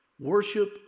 Worship